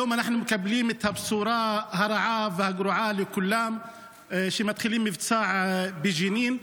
היום אנחנו מקבלים את הבשורה הרעה והגרועה לכולם שמתחילים מבצע בג'נין.